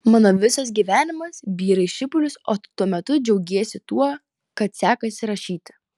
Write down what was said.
mano visas gyvenimas byra į šipulius o tu tuo metu džiaugiesi tuo kad sekasi rašyti